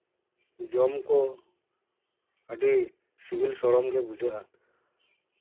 ᱡᱚᱢ ᱠᱚ ᱟᱹᱰᱤ ᱥᱤᱵᱤᱞ ᱥᱚᱲᱚᱢ ᱜᱮ ᱵᱩᱡᱷᱟᱹᱜᱼᱟ